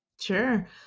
Sure